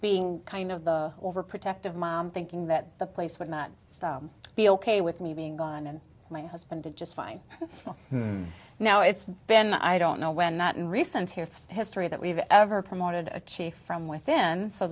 being kind of the overprotective mom thinking that the place would not be ok with me being gone and my husband did just fine now it's been i don't know when not in recent history that we've ever promoted a chief from within so